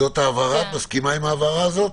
את מסכימה עם ההבהרה הזאת?